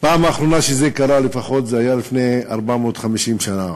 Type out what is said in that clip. הפעם האחרונה שזה קרה הייתה לפני לפחות 450 שנה,